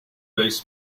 bass